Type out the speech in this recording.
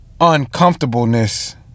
Uncomfortableness